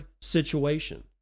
situation